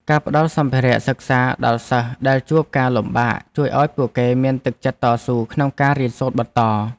ការផ្តល់សម្ភារៈសិក្សាដល់សិស្សដែលជួបការលំបាកជួយឱ្យពួកគេមានទឹកចិត្តតស៊ូក្នុងការរៀនសូត្របន្ត។